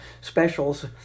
specials